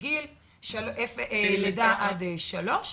לגיל לידה עד שלוש.